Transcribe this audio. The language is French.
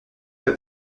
pas